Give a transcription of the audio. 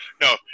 No